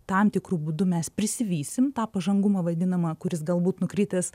tam tikru būdu mes prisivysim tą pažangumą vadinamą kuris galbūt nukritęs